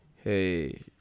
hey